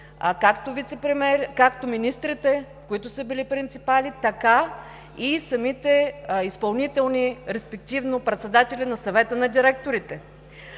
както министрите, които са били принципали, така и самите изпълнителни, респективно председатели на Съвета на директорите.